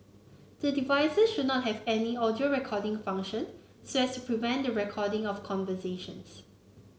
the devices should not have any audio recording function so as to prevent the recording of conversations